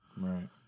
Right